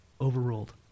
overruled